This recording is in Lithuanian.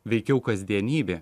veikiau kasdienybė